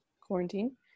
quarantine